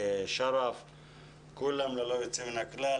את שרף חסאן ואת כולם ללא יוצא מהכלל.